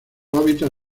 hábitat